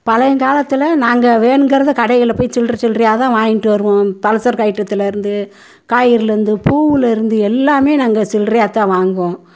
பழையங்காலத்துல நாங்கள் வேணுங்கறதை கடைகளில் போய் சில்லற சில்லறையாதான் வாங்கிகிட்டு வருவோம் பலசரக்கு ஐட்டத்தில் இருந்து காய்கறிலருந்து பூவில் இருந்து எல்லாமே நாங்கள் சில்லறையாதான் வாங்குவோம்